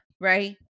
right